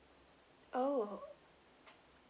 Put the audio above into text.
oh